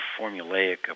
formulaic